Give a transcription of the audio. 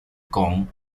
con